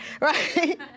right